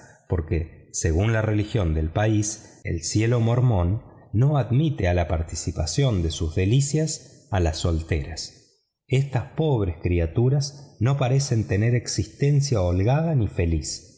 porque según la religión del país el cielo mormón no admite a la participación de sus delicias a las solteras estas pobres criaturas no parecen tener existencia holgada ni feliz